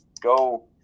go